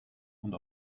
und